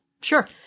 Sure